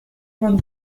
vingt